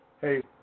hey